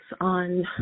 on